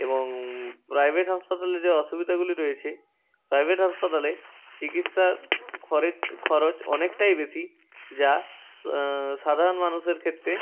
এবং প্রাইভেট হাসপাতালে যে অসুবিধাগুলি রয়েছে প্রাইভেট হাসপাতালে চিকিৎসার খরেচ খরচ অনেকটাই বেশি যা সা সাধারণ মানুষের ক্ষেত্রে